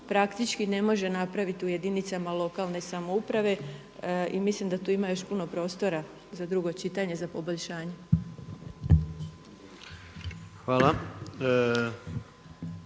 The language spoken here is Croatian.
praktički ne može napraviti u jedinicama lokalne samouprave i mislim da tu ima još puno prostora za drugo čitanje, za poboljšanje.